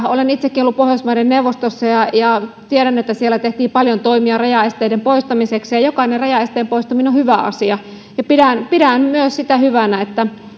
olen itsekin ollut pohjoismaiden neuvostossa ja ja tiedän että siellä tehtiin paljon toimia rajaesteiden poistamiseksi näen että jokainen rajaesteen poistaminen on hyvä asia pidän pidän myös sitä hyvänä että